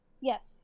Yes